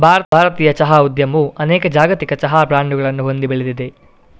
ಭಾರತೀಯ ಚಹಾ ಉದ್ಯಮವು ಅನೇಕ ಜಾಗತಿಕ ಚಹಾ ಬ್ರಾಂಡುಗಳನ್ನು ಹೊಂದಿ ಬೆಳೆದಿದೆ